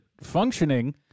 functioning